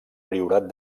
priorat